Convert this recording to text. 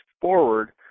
forward